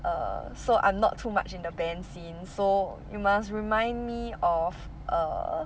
err so I'm not too much in the band scene so you must remind me of err